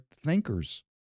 thinkers